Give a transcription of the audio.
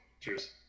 Cheers